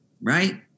right